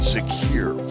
Secure